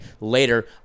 later